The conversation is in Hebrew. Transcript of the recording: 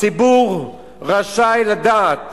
הציבור רשאי לדעת